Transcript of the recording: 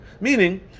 Meaning